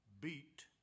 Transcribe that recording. beat